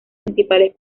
principales